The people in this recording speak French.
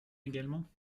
également